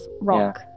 rock